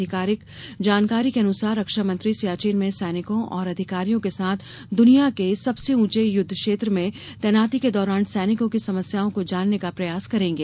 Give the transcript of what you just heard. अधिकारिक जानकारी के अनुसार रक्षा मंत्री सियाचिन में सैनिकों और अधिकारियों के साथ दुनिया के इस सबसे ऊंचे युद्ध क्षेत्र में तैनाती के दौरान सैनिकों की समस्याओं को जानने का प्रयास करेंगे